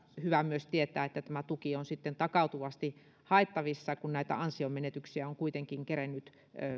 hyvä myös tietää että tämä tuki on sitten takautuvasti haettavissa kun näitä ansionmenetyksiä on kuitenkin kerennyt